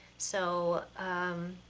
so um,